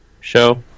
show